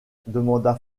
demanda